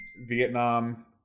Vietnam